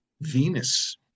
Venus